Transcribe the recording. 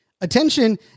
Attention